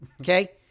okay